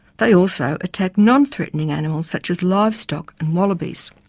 they also attack non-threatening animals, such as livestock and wallabies.